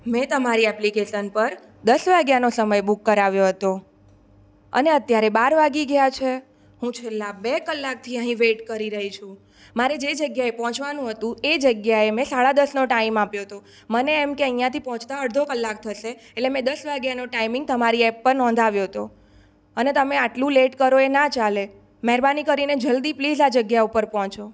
મેં તમારી એપ્લિકેશન પર દસ વાગ્યાનો સમય બુક કરાવ્યો હતો અને અત્યારે બાર વાગી ગયા છે હું છેલ્લા બે કલાકથી અહીં વેટ કરી રહી છું મારે જે જગ્યાએ પહોંચવાનું હતું એ જગ્યાએ મેં સાડા દસનો ટાઈમ આપ્યો હતો મને એમ કે અહીંયાથી પહોંચતા અડધો કલાક થશે એટલે મેં દસ વાગ્યાનો ટાઈમિંગ તમારી એપ પર નોંધાવ્યો હતો અને તમે આટલું લેટ કરો એ ન ચાલે મેરબાની કરીને જલ્દી પ્લીઝ આ જગ્યા ઉપર પહોંચો